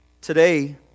Today